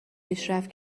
پیشرفت